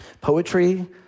Poetry